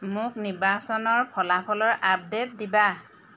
মোক নিৰ্বাচনৰ ফলাফলৰ আপডেট দিবা